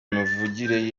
imivugire